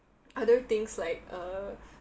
other things like uh